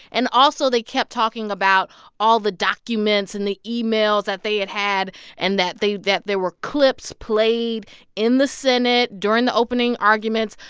and also, they kept talking about all the documents and the emails that they had had and that they that there were clips played in the senate during the opening arguments.